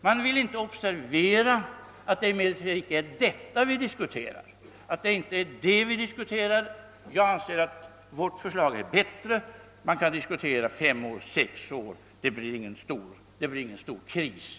Jag anser alltså att vårt förslag är bättre. Men det kan, understryker jag, diskuteras om övergångstiden skall vara fem eller sex år; oavsett vilken ställning man intar därvidlag blir det ingen stor kris.